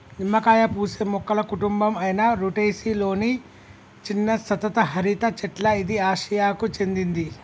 నిమ్మకాయ పూసే మొక్కల కుటుంబం అయిన రుటెసి లొని చిన్న సతత హరిత చెట్ల ఇది ఆసియాకు చెందింది